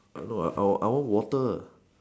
err no I I want I want water